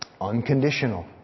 Unconditional